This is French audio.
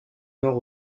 nord